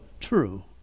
true